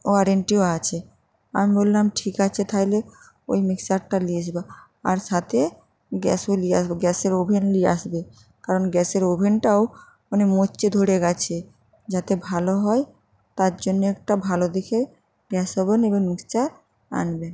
ওয়ারেন্টিও আছে আমি বললাম ঠিক আছে থাইলে ওই মিক্সারটা নিয়ে যাবো আর সাথে গ্যাসও নিয়ে আসবো গ্যাসের ওভেন নিয়ে আসবে কারণ গ্যাসের ওভেনটাও অনেক মরচে ধরে গেছে যাতে ভালো হয় তার জন্যে একটা ভালো দেখে গ্যাস ওভেন এবং মিক্সার আনবেন